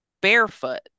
barefoot